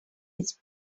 its